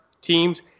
teams